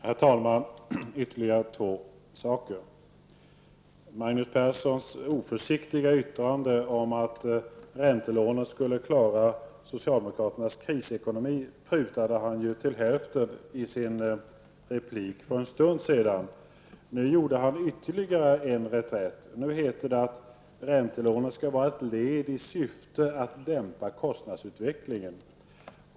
Herr talman! Ytterligare två saker. Magnus Perssons oförsiktiga yttrande om att räntelånen skulle klara socialdemokraternas krisekonomi prutade han till hälften i sin replik för en stund sedan. Nu gjorde han ytterligare en reträtt. Nu heter det att räntelånen skall vara ett led i strävandena att dämpa kostnadsutvecklingen.